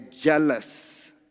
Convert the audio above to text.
jealous